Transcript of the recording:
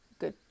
good